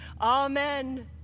Amen